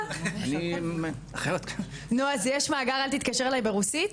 נו, אז יש מאגר, אל תתקשר אליי ברוסית?